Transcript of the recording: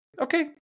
okay